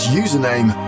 username